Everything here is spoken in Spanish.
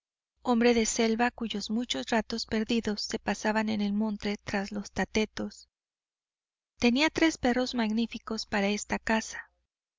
hombre de selva cuyos muchos ratos perdidos se pasaban en el monte tras los tatetos tenía tres perros magníficos para esta caza